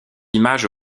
images